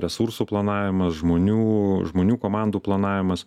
resursų planavimas žmonių žmonių komandų planavimas